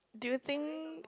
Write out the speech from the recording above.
do you think